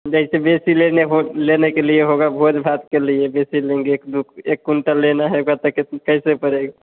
जैसे बेसी लेने हो लेने के लिए होगा भोज भात के लिए जैसे लेंगे एक दो एक कुंटल लेना हैगा तो कैसे पड़ेगा